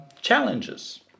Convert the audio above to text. challenges